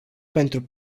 pentru